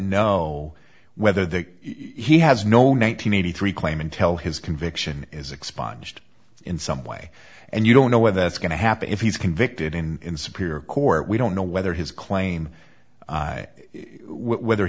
know whether the he has no nine hundred eighty three claim and tell his conviction is expunged in some way and you don't know whether that's going to happen if he's convicted in superior court we don't know whether his claim whether